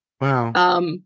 Wow